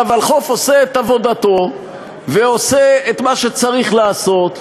והוולחו"ף עושה את עבודתו ועושה את מה שצריך לעשות,